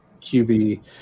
QB